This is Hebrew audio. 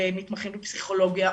במתמחים בפסיכולוגיה,